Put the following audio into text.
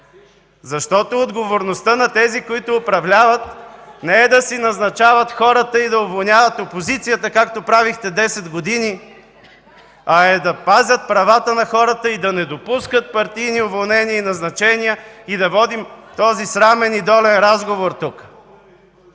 Защото отговорността на тези, които управляват, не е да си назначават хората и да уволняват опозицията, както правихте десет години, а е да пазят правата на хората и да не допускат партийни уволнения и назначения – да водим този срамен и долен разговор тук.